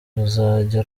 ruzajya